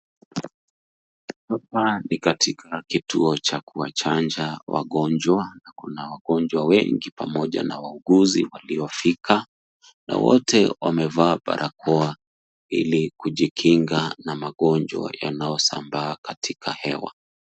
Hapa ni katika kituo cha kuwachanja wagonjwa na kuna wagonjwa wengi pamoja na wauguzi waliofika na wote wamevaa barakoa ili kujikinga na magonjwa yanayosambaa katika hewa.